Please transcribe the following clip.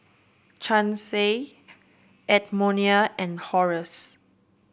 Chancey Edmonia and Horace